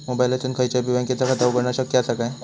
मोबाईलातसून खयच्याई बँकेचा खाता उघडणा शक्य असा काय?